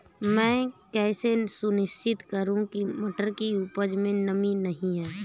मैं कैसे सुनिश्चित करूँ की मटर की उपज में नमी नहीं है?